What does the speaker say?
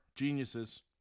Geniuses